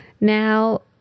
Now